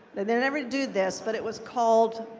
and they never did this, but it was called